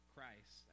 Christ